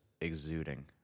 exuding